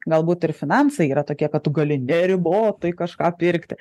galbūt ir finansai yra tokie kad tu gali neribotai kažką pirkti